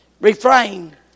Refrain